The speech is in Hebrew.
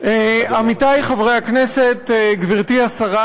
עמיתי חברי הכנסת, גברתי השרה,